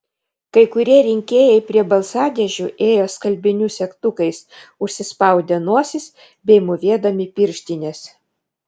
kai kurie rinkėjai prie balsadėžių ėjo skalbinių segtukais užsispaudę nosis bei mūvėdami pirštines